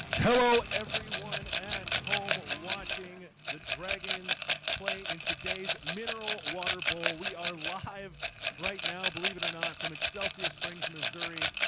hello everyone at home watching the dragons play in today's mineral water bowl. we are live right now believe it or not from excelsior springs, missouri.